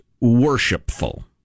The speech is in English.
worshipful